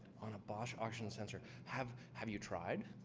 on a bosch oxygen sensor. have have you tried?